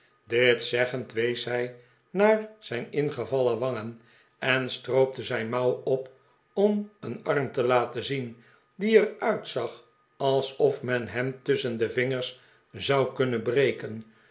dit zeggend wees hij naar zijn ingevallen wangen en stroopte zijn mouw op om een arm te laten zien die er uitzag alsof men hem tusschen de vingers zou kunnen breken